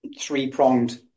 three-pronged